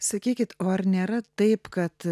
sakykit o ar nėra taip kad